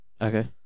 Okay